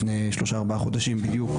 לפני שלושה-ארבעה חודשים בדיוק,